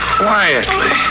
quietly